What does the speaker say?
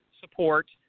support